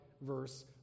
verse